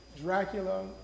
Dracula